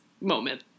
moment